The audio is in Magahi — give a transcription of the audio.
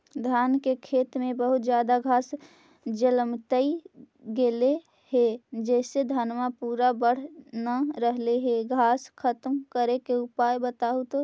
धान के खेत में बहुत ज्यादा घास जलमतइ गेले हे जेसे धनबा पुरा बढ़ न रहले हे घास खत्म करें के उपाय बताहु तो?